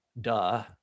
Duh